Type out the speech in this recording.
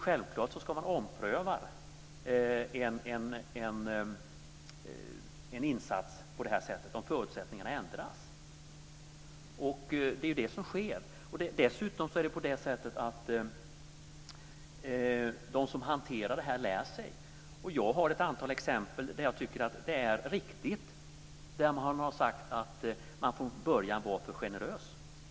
Självklart ska man ompröva en insats om förutsättningarna ändras. Det är vad som sker. De som hanterar detta lär sig. Jag har ett antal exempel där jag tycker att det är riktigt och att man från början var för generös.